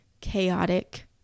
chaotic